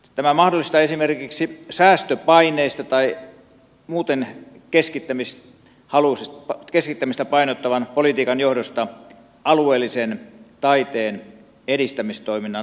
tämä mahdollistaa esimerkiksi säästöpaineiden tai muuten keskittämistä painottavan politiikan johdosta alueellisen taiteen edistämistoiminnan lopettamisen